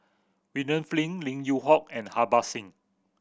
William Flint Lim Yew Hock and Harbans Singh